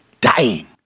dying